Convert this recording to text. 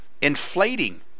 inflating